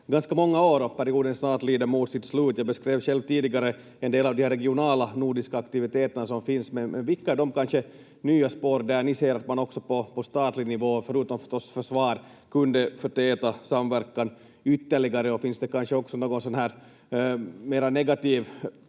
ganska många år, då perioden snart lider mot sitt slut. Jag beskrev själv tidigare en del av de regionala nordiska aktiviteter som finns, men vilka är de nya spår där ni ser att man också på statlig nivå, förutom förstås försvaret, kunde förtäta samverkan ytterligare? Finns det kanske också någon mera negativ